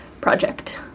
project